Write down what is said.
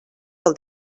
del